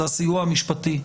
זה הסיוע המשפטי.